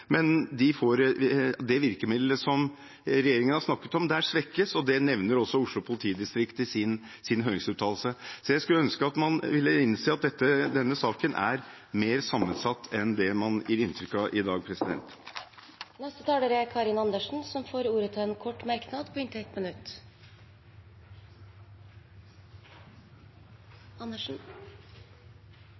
det virkemiddelet som regjeringen snakker om, svekkes, og det nevner også Oslo politidistrikt i sin høringsuttalelse. Så jeg skulle ønsket man ville innse at denne saken er mer sammensatt enn det man gir inntrykk av i dag. Representanten Karin Andersen har hatt ordet to ganger tidligere og får ordet til en kort merknad, begrenset til 1 minutt.